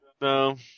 No